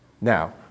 Now